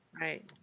right